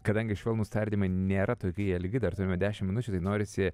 kadangi švelnūs tardymai nėra tokie ilgi dar turime dešimt minučių norisi